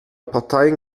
parteien